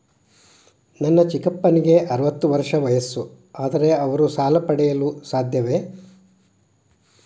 ನನ್ನ ಚಿಕ್ಕಪ್ಪನಿಗೆ ಅರವತ್ತು ವರ್ಷ ವಯಸ್ಸು, ಆದರೆ ಅವರು ಸಾಲ ಪಡೆಯಲು ಸಾಧ್ಯವೇ?